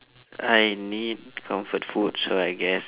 I need comfort food so I guess